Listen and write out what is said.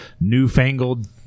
newfangled